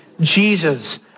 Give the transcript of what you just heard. Jesus